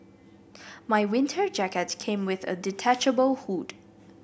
my winter jacket came with a detachable hood